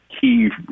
key